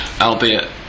Albeit